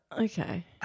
Okay